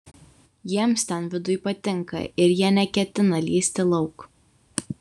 jiems ten viduj patinka ir jie neketina lįsti lauk